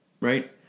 Right